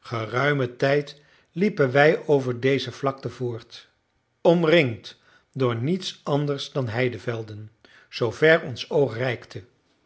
geruimen tijd liepen wij over deze vlakte voort omringd door niets anders dan heidevelden zoover ons oog reikte